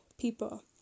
people